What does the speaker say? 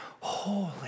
holy